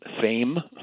fame